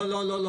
לא, לא.